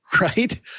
right